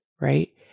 right